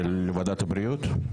של ועדת הבריאות?